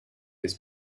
his